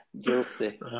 Guilty